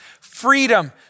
freedom